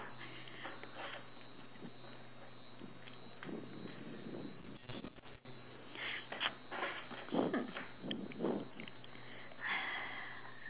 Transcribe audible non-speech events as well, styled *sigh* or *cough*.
*noise*